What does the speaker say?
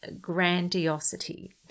grandiosity